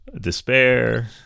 despair